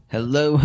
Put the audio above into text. Hello